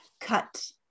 cut